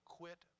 quit